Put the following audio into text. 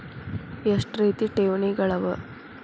ಎಷ್ಟ ರೇತಿ ಠೇವಣಿಗಳ ಅವ?